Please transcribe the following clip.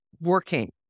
working